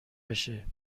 بشه